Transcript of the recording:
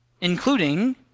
including